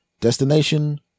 Destination